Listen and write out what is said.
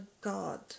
God